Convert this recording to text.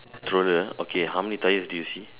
troller okay how many tyres do you see